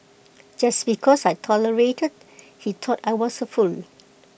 just because I tolerated he thought I was A fool